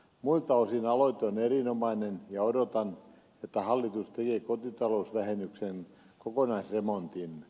muilta osin aloite on erinomainen ja odotan että hallitus tekee kotitalousvähennyksen kokonaisremontin